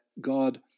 God